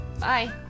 Bye